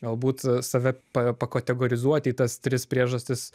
galbūt save pa pakategorizuoti į tas tris priežastis